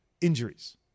Injuries